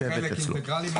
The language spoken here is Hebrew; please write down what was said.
חברת הכנסת פרידמן, הגיע תורך.